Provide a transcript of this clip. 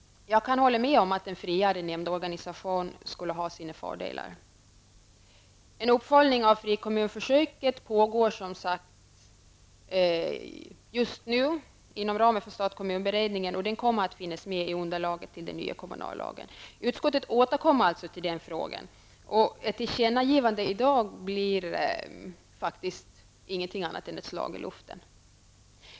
Jag kan hålla med om att en friare nämndorganisation skulle ha sina fördelar. En uppföljning av frikommunförsöket pågår som sagt just nu inom ramen för stat kommunberedningen, och den kommer att finnas med i underlaget till den nya kommunallagen. Utskottet återkommer alltså till den frågan. Ett tillkännagivande i dag blir faktiskt ingenting annat än ett slag i luften.